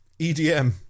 EDM